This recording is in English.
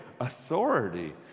authority